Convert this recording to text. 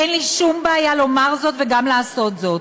אין לי שום בעיה לומר זאת וגם לעשות זאת.